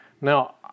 now